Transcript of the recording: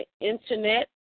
internet